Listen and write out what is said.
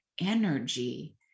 energy